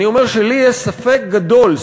אני אומר שלי יש ספק גדול,